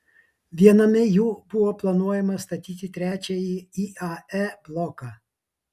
viename jų buvo planuojama statyti trečiąjį iae bloką